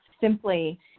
simply